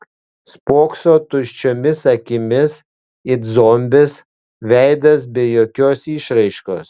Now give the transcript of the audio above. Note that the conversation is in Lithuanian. spokso tuščiomis akimis it zombis veidas be jokios išraiškos